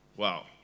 Wow